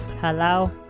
Hello